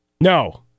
No